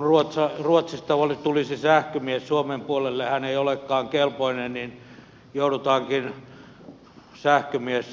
kun ruotsista tulisi sähkömies suomen puolelle hän ei olekaan kelpoinen ja joudutaankin sähkömies